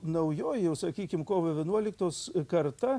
naujoji jau sakykim kovo vienuoliktos karta